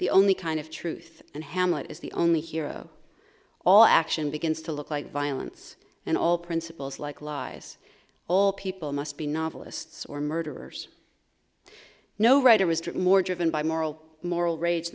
the only kind of truth and hamlet is the only hero all action begins to look like violence and all principles like lies all people must be novelists or murderers no writer was more driven by moral moral rage